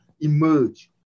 emerge